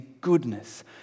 goodness